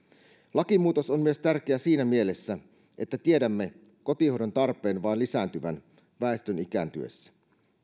lakimuutos on myös tärkeä siinä mielessä että tiedämme kotihoidon tarpeen vain lisääntyvän väestön ikääntyessä